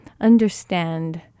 understand